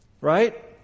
right